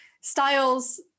Styles